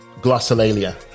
glossolalia